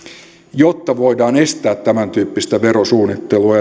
jotta voidaan estää tämäntyyppistä verosuunnittelua